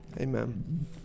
Amen